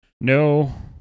No